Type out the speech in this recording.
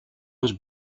was